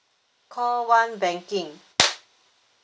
call one banking